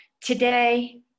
Today